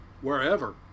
wherever